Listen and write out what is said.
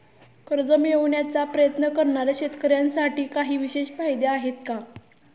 कर्ज मिळवण्याचा प्रयत्न करणाऱ्या शेतकऱ्यांसाठी काही विशेष फायदे आहेत का?